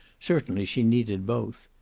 certainly she needed both.